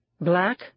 Black